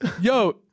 Yo